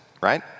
right